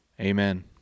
Amen